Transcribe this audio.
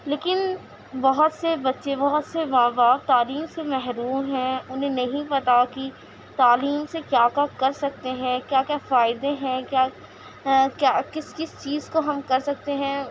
لیکن بہت سے بچے بہت سے ماں باپ تعلیم سے محروم ہیں اُنہیں نہیں پتہ کہ تعلیم سے کیا کا کر سکتے ہیں کیا کیا فائدے ہیں کیا کیا کس کس چیز کو ہم کر سکتے ہیں